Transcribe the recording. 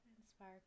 inspire